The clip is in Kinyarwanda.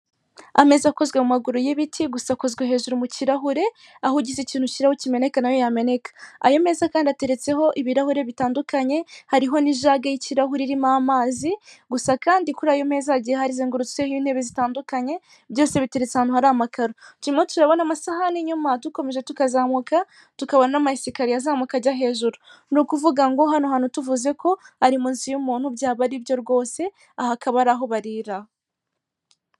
Ameza akozwe mu maguru y'ibiti gusakozwe hejuru mu kirahure aho ugize ikintu ushyireho kimeneneka nayo yameneka. Ayo meza kandi ateretseho ibirahure bitandukanye hariho nijaga y'ikirahure harimo amazi gusa kandi kuri ayo meza hazengurutseho intebe zitandukanye byose biteretse ahantu hari amakaro. turabona amasahani inyuma dukomeje tukazamuka tukabona n'amasikariye azamuka ajya hejuru. Ni ukuvuga ngo hano hantu tuvuze ko ari muzu y'umuntu byaba ari byo rwose. Aha akaba ari aho barira.